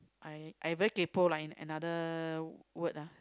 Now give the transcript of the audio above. I I very kaypo lah in another word ah